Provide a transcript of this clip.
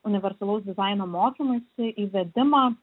universalaus dizaino mokymąsi įvedimą